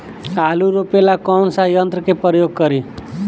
आलू रोपे ला कौन सा यंत्र का प्रयोग करी?